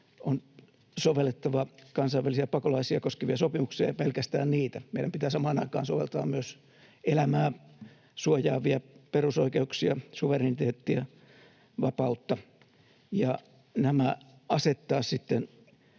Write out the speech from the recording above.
on sovellettava kansainvälisiä pakolaisia koskevia sopimuksia, mutta ei pelkästään niitä, meidän pitää samaan aikaan soveltaa myös elämää suojaavia perusoikeuksia, suvereniteettia, vapautta ja nämä asettaa sitten